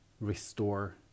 restore